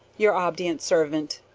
your ob'd't servant,